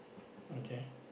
okay